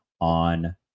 on